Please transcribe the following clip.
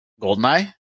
Goldeneye